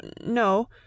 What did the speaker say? No